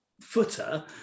footer